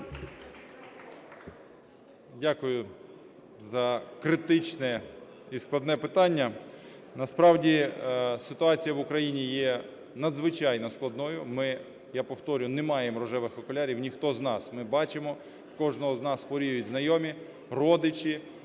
Дякую за критичне і складне питання. Насправді, ситуація в Україні є надзвичайно складною. Ми, я повторюю, не маємо "рожевих окулярів", і ніхто з нас. Ми бачимо, у кожного з нас хворіють знайомі, родичі,